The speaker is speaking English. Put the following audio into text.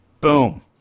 Boom